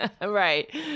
Right